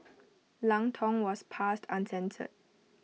Lang Tong was passed uncensored